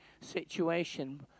situation